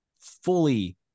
fully